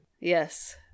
Yes